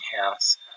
house